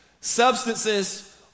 substances